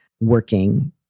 working